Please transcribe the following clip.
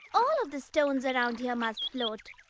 all of the stones around here must float.